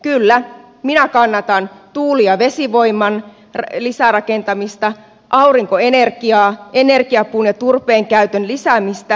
kyllä minä kannatan tuuli ja vesivoiman lisärakentamista aurinkoenergiaa energiapuun ja turpeen käytön lisäämistä